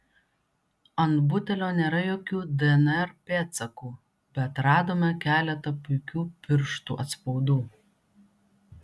ant butelio nėra jokių dnr pėdsakų bet radome keletą puikių pirštų atspaudų